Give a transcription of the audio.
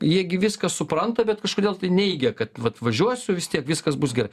jie gi viską supranta bet kažkodėl tai neigia kad vat važiuosiu vis tiek viskas bus gerai